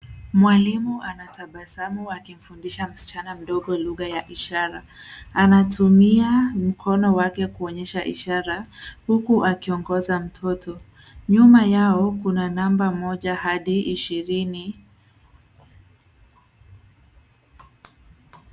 Mwalimu anatabasamu akimfundisha msichana mdogo lugha ya ishara. Anatumia mkono wake kuonyesha ishara huku akiongoza mtoto. Nyuma yao kuna namba moja hadi ishirini.